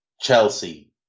Chelsea